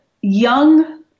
young